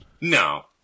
No